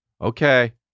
Okay